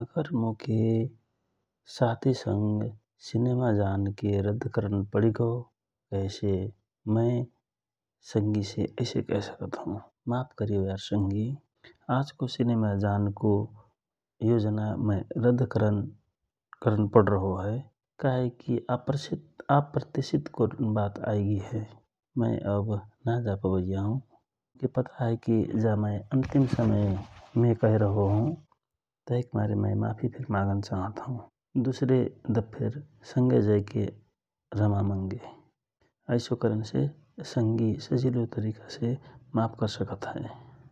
अगर मोके साथी संग सिनेमा जान रद्द करन पडिगौतव मय एसे कहे सकत हौ । माफ करियो यार संगि आज को सिनेमा जानको योजना मय रद्द करन करन पडरहो हौ काहेकि मिर अप्रयसितको बात आय गइ हए मय अब नजयपबैया हौ जा बात मय अन्तिम समयमे कहेरहो हौ तहिक मारे मय माफि फिर मागन डटो हौ । दुसरे दफेर संगय जाइके रमामंगे एेसो करनसे संगि सजिलो तरिका से माफ करसकत हए ।